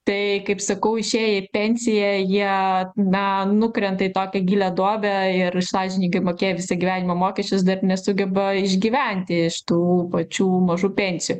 tai kaip sakau išėję į pensiją jie na nukrenta į tokią gilią duobę ir sąžiningai mokėję visą gyvenimą mokesčius dar nesugeba išgyventi iš tų pačių mažų pensijų